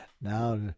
Now